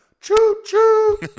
Choo-choo